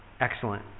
excellent